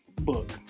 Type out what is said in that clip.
book